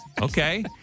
Okay